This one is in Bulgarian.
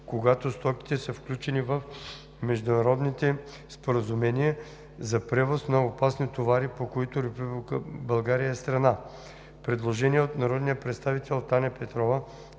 когато стоките са включени в международните споразумения за превоз на опасни товари, по които Република България е страна;“. Предложение от народния представител Таня Петрова,